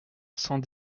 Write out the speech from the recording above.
sans